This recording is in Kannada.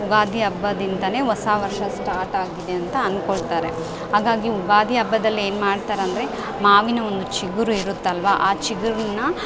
ಯುಗಾದಿ ಹಬ್ಬದಿಂತನೆ ಹೊಸ ವರ್ಷ ಸ್ಟಾರ್ಟ್ ಆಗಿದೆ ಅಂತ ಅನ್ಕೊಳ್ತಾರೆ ಹಾಗಾಗಿ ಯುಗಾದಿ ಹಬ್ಬದಲ್ಲಿ ಏನು ಮಾಡ್ತಾರೆ ಅಂದರೆ ಮಾವಿನ ಒಂದು ಚಿಗುರು ಇರುತ್ತಲ್ವಾ ಆ ಚಿಗುರನ್ನ